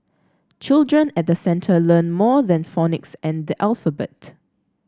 children at the centre learn more than phonics and the alphabet